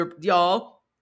y'all